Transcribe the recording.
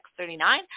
X39